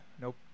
Nope